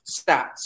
stats